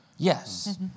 Yes